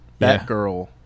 Batgirl